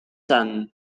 son